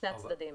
שני הצדדים.